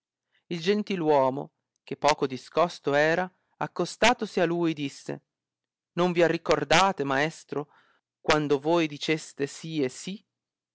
il gentiluomo che poco discosto era accostatosi a lui disse non vi arricordate maestro quando voi diceste sì e sì